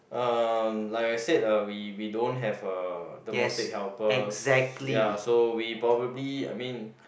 uh like I said uh we we don't have uh domestic helpers ya so we probably I mean